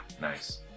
Nice